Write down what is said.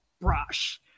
brush